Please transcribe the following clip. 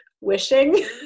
wishing